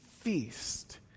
feast